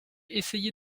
essayé